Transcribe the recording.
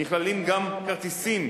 ונכללים גם כרטיסים